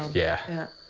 yeah. yep.